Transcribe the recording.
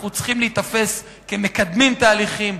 אנחנו צריכים להיתפס כמקדמים תהליכים.